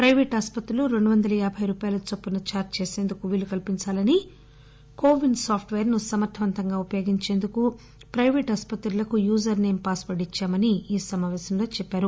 private ఆసుపత్రులు రెండువందల యాబై రూపాయల చొప్పున ఛార్జీ చేసిందుకు వీలు కల్పించాలని కోవిన్ సాఫ్ట్ పేర్ ను సమర్దవంతంగా ఉపయోగించేందుకు ప్లైవేట్ ఆసుపత్రులకు యూజర్ నేమ్ పాస్పర్డ్ ఇద్భామని సమాపేశంలో చెప్పారు